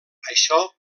això